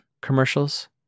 commercials